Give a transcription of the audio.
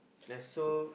that's good